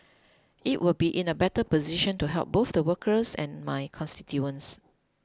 it will be in a better position to help both the workers and my constituents